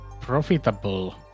profitable